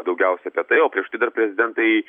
daugiausia apie tai o prieš tai dar prezidentai